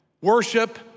Worship